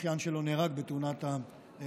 אחיין שלו נהרג בתאונת המטוס,